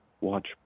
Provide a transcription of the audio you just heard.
watch